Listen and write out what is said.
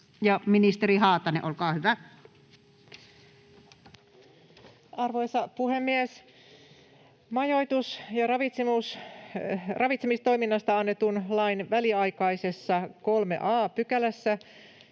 Time: 14:30 Content: Arvoisa puhemies! Majoitus- ja ravitsemistoiminnasta annetun lain väliaikaisessa 3 a §:ssä